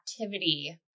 activity